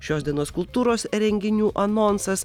šios dienos kultūros renginių anonsas